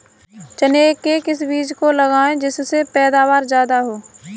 चने के किस बीज को लगाएँ जिससे पैदावार ज्यादा हो?